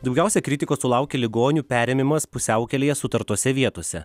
daugiausiai kritikos sulaukė ligonių perėmimas pusiaukelėje sutartose vietose